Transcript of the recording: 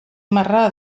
marra